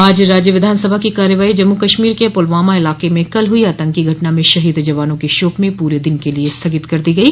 आज राज्य विधानसभा की कार्यवाही जम्मू कश्मीर के पुलवामा इलाके में कल हुई आतंकी घटना में शहीद जवानों के शोक में पूरे दिन के लिये स्थगित कर दी गई